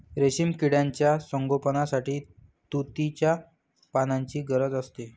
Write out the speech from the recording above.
रेशीम किड्यांच्या संगोपनासाठी तुतीच्या पानांची गरज असते